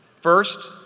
first,